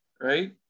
right